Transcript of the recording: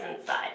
inside